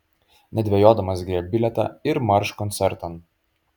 nedvejodamas griebk bilietą ir marš koncertan